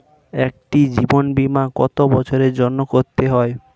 একটি জীবন বীমা কত বছরের জন্য করতে হয়?